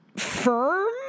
firm